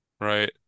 Right